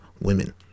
women